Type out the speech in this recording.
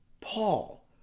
Paul